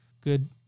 good